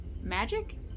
magic